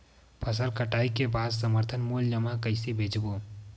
फसल कटाई के बाद समर्थन मूल्य मा कइसे बेचबो?